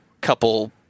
couple